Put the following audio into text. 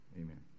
Amen